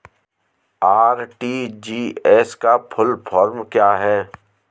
RTGS का full form क्या है?